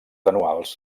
anuals